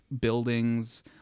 buildings